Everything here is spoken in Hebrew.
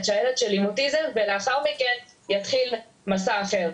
שהילד שלי עם אוטיזם ולאחר מכן יתחיל מסע אחר,